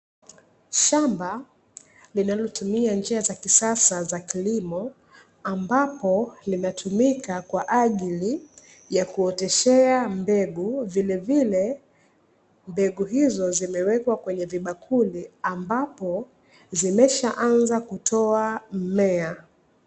Shamba linalotumia njia za kisasa za kilimo ambapo linatumika kwa ajili ya kuoteshea mbegu, vilevile mbegu hizo zimewekwa kwenye vibakuli ambapo, zimeshaanza kutoa mimea.